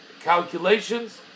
calculations